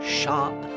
sharp